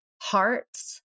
hearts